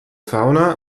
fauna